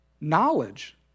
knowledge